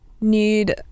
need